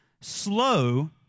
Slow